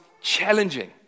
challenging